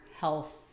health